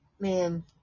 man